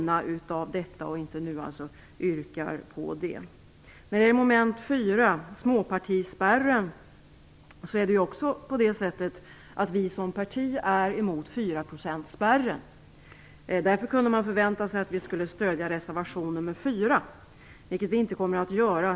När det gäller moment 4, småpartispärren är vi som parti emot 4-procentsspärren. Därför kunde man förvänta sig att vi skulle stödja reservation 4, vilket vi inte kommer att göra.